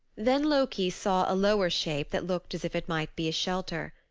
then loki saw a lower shape that looked as if it might be a shelter.